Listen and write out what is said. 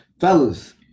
Fellas